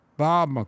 Bob